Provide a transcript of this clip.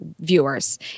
viewers